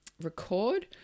record